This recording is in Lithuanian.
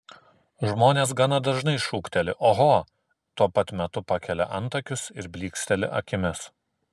žmonės gana dažnai šūkteli oho tuo pat metu pakelia antakius ir blyksteli akimis